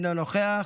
אינו נוכח,